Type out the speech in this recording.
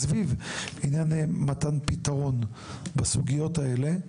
סביב העניין של מתן פתרון לסוגיות האלה.